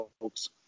folks